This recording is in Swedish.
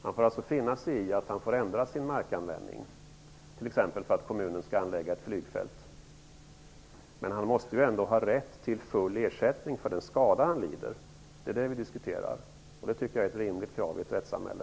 Han får alltså finna sig i att han får ändra sin markanvändning t.ex. för att kommunen skall anlägga ett flygfält. Men han måste ändå ha rätt till full ersättning för den skada han lider. Det är det vi diskuterar, och det tycker jag är ett rimligt krav i ett rättssamhälle.